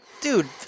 dude